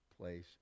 place